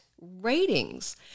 ratings